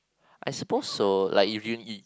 I suppose so like if you you